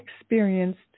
experienced